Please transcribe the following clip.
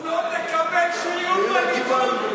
אז, לא תקבל שריון בליכוד.